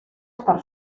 estar